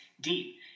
deep